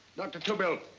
dr. tobel,